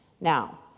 Now